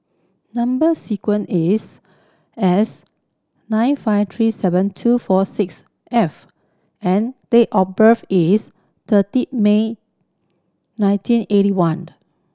number sequence is S nine five three seven two four six F and date of birth is thirty May nineteen eighty one